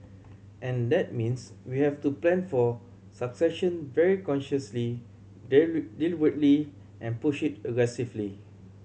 and that means we have to plan for succession very consciously deliberately and push it aggressively